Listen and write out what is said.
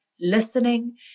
listening